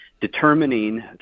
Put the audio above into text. determining